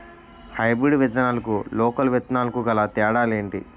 Hybrid విత్తనాలకు local విత్తనాలకు గల తేడాలు ఏంటి?